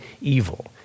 evil